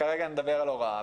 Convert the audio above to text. כרגע נדבר על הוראה.